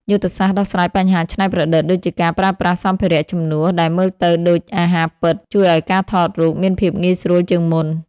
យុទ្ធសាស្ត្រដោះស្រាយបញ្ហាច្នៃប្រឌិត ដូចជាការប្រើប្រាស់សម្ភារៈជំនួសដែលមើលទៅដូចអាហារពិត ជួយឱ្យការថតរូបមានភាពងាយស្រួលជាងមុន។